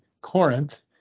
Corinth